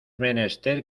menester